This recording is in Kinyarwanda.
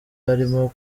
arimo